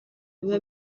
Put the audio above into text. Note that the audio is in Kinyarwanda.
biba